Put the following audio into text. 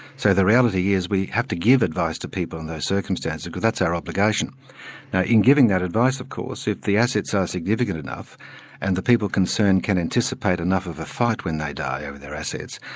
so the reality is, we have to give advice to people in those circumstances, because that's our obligation. now in giving that advice of course, if the assets are significant enough and the people concerned can anticipate enough of a fight when they die over their assets,